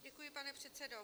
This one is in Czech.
Děkuji, pane předsedo.